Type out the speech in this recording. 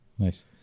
nice